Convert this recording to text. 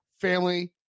family